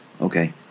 Okay